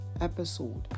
episode